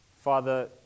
Father